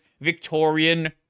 Victorian